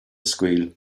squeal